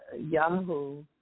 Yahoo